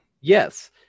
Yes